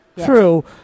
true